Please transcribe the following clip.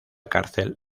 cárcel